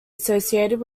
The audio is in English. associated